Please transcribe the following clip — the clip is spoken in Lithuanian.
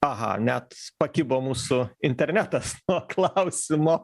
aha net pakibo mūsų internetas nuo klausimo